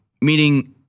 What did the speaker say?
meaning